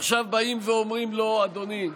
עכשיו באים ואומרים לו: אדוני,